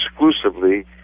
exclusively